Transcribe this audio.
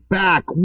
back